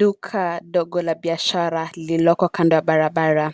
Duka dogo la biashara ambalo lililoko kando ya barabara,